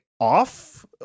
off